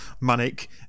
manic